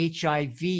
HIV